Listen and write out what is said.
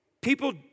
people